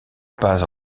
pas